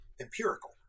empirical